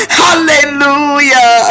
hallelujah